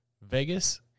Vegas